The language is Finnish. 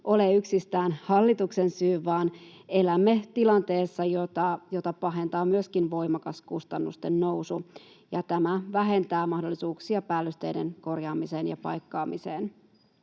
ole yksistään hallituksen syy, vaan elämme tilanteessa, jota pahentaa myöskin voimakas kustannusten nousu, ja tämä vähentää mahdollisuuksia päällysteiden korjaamiseen ja paikkaamiseen.